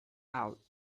out